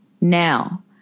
now